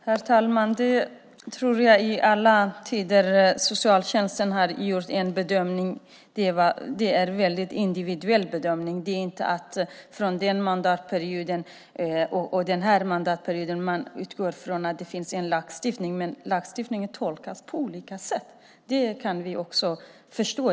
Herr talman! Jag tror att socialtjänsten i alla tider har gjort en väldigt individuell bedömning, inte bara under den här mandatperioden. Man utgår från den lagstiftning som finns. Men lagstiftningen tolkas på olika sätt. Det kan vi också förstå.